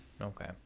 Okay